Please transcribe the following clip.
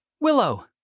Willow